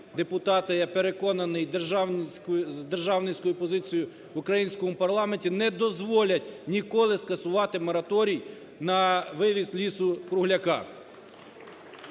депутати, я переконаний, з державницькою позицією в українському парламенті не дозволять ніколи скасувати мораторій на вивіз лісу-кругляка